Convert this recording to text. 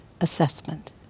assessment